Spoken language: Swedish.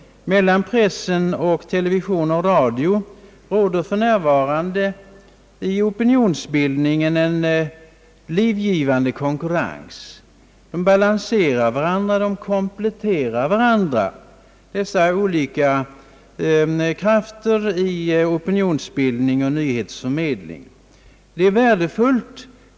Mellan pressen å ena sidan och television och radio å den andra råder för närvarande i fråga om opinions bildningen en livgivande konkurrens. De balanserar varandra, kompletterar varandra, dessa olika krafter i opinionsbildning och nyhetsförmedling, och det är värdefullt.